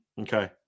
Okay